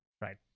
Right